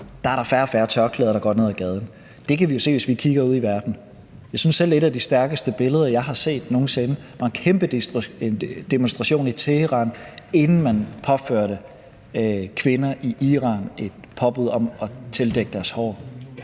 frem, er der færre og færre tørklæder, der går ned ad gaden. Det kan vi jo se, hvis vi kigger ud i verden. Jeg synes selv, at et af de stærkeste billeder, jeg har set nogen sinde, var af en kæmpe demonstration i Teheran, inden man påførte kvinder i Iran et påbud om at tildække deres hår